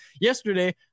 yesterday